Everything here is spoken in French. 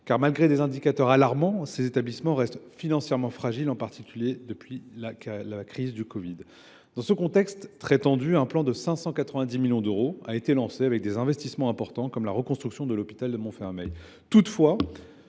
Malgré des indicateurs alarmants, ces établissements restent financièrement fragiles, surtout depuis la crise du covid 19. Dans ce contexte déjà tendu, un plan de 590 millions d’euros a été lancé, avec des investissements importants, comme la reconstruction de l’hôpital du Raincy Montfermeil. Toutefois,